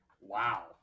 wow